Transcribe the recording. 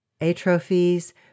atrophies